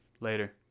Later